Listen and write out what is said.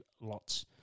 lots